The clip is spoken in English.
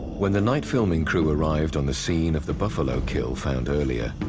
when the night filming crew arrived on the scene of the buffalo kill found earlier,